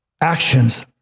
actions